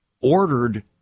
ordered